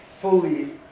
fully